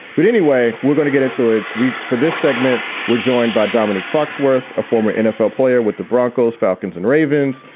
but anyway, we're going to get into it for this segment. we're joined by dominique foxworth, a former nfl player with the broncos, falcons and ravens,